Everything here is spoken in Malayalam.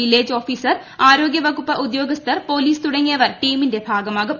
വില്ലേജ് ഓഫീസർ ആരോഗ്യ വകുപ്പ് ഉദ്യോഗസ്ഥർ പോലീസ് തുടങ്ങിയവർ ടീമിന്റെ ഭാഗമാകും